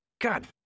God